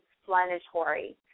explanatory